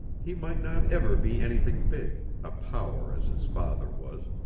he might not ever be anything big, a power as his father was,